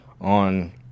on